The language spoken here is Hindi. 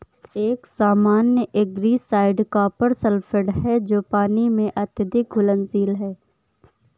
एक सामान्य एल्गीसाइड कॉपर सल्फेट है जो पानी में अत्यधिक घुलनशील है